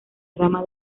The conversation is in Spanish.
rama